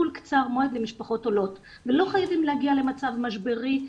אני פה חוזרת לניפוץ הציפיות שיש למשפחות על רקע משבר ההגירה,